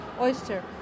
oyster